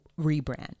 rebrand